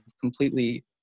completely